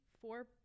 four